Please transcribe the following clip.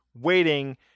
waiting